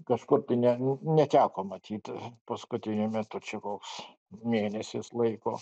kažkur tai ne neteko matyt paskutiniu metu čia koks mėnesis laiko